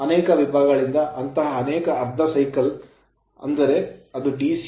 ಅನೇಕ ವಿಭಾಗಗಳಿಂದಾಗಿ ಅಂತಹ ಅನೇಕ ಅರ್ಧ cycle ಚಕ್ರಗಳಿವೆ ಆದರೆ ಅದು DC